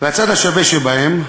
והצד השווה שבהן,